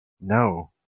No